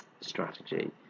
strategy